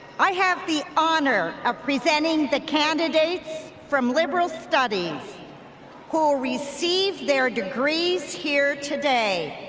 i have the honor of presenting the candidates from liberal studies who will receive their degrees here today.